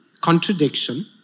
contradiction